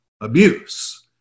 abuse